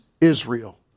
Israel